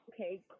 okay